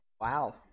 Wow